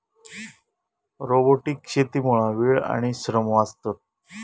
robotic शेतीमुळा वेळ आणि श्रम वाचतत